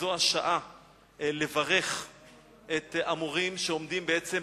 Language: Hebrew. זו השעה לברך את המורים שעומדים, בעצם,